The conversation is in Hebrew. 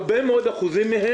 הרבה מאוד מהם,